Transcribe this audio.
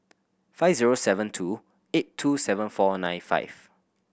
five zero seven two eight two seven four nine five